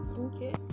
okay